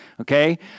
okay